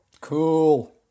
Cool